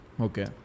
Okay